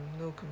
No